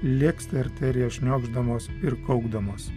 lėks ta arterija šniokšdamos ir kaukdamos